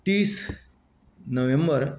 तीस नोव्हेंबर